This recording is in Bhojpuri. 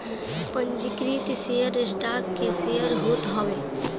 पंजीकृत शेयर स्टॉक के शेयर होत हवे